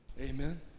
Amen